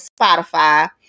Spotify